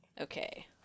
Okay